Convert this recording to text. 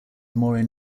maureen